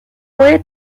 puede